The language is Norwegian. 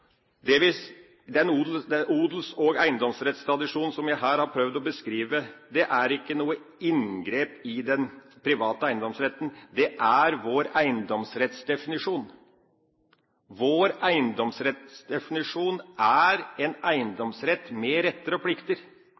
odels- og eiendomsrettstradisjonen som jeg her har prøvd å beskrive, er ikke noe inngrep i den private eiendomsretten. Det er vår eiendomsrettsdefinisjon. Vår eiendomsrettsdefinisjon er en eiendomsrett med retter og plikter.